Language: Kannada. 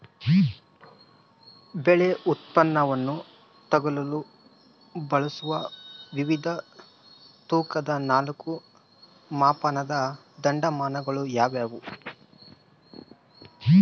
ಬೆಳೆ ಉತ್ಪನ್ನವನ್ನು ತೂಗಲು ಬಳಸುವ ವಿವಿಧ ತೂಕದ ನಾಲ್ಕು ಮಾಪನದ ಮಾನದಂಡಗಳು ಯಾವುವು?